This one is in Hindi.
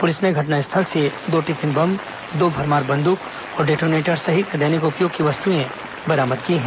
पुलिस ने घटनास्थल से दो टिफिन बम दो भरमार बंदूक और डेटोनेटर सहित दैनिक उपयोग की वस्तुएं बरामद की हैं